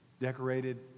decorated